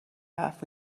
حرف